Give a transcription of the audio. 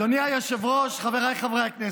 אדוני היושב-ראש, חבריי חברי הכנסת,